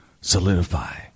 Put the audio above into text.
solidify